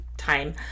time